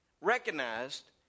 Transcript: recognized